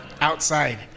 Outside